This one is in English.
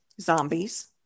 Zombies